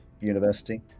university